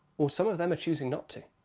well some of them are choosing not to.